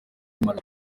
malawi